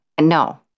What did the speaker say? No